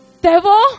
devil